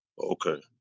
Okay